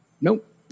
Nope